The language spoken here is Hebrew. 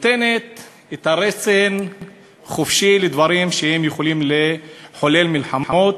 ונותנת את הרסן חופשי לדברים שיכולים לחולל מלחמות,